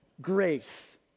grace